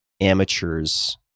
amateur's